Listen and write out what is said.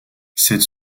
cette